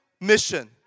mission